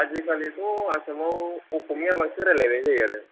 आजिखालिथ' आसामाव अखमिया बांसिन रायलायनाय जायो आरो